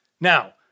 Now